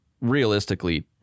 realistically